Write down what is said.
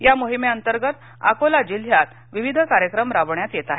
या मोहिमेअंतर्गत अकोला जिल्ह्यात विविध कार्यक्रम राबविण्यात येत आहेत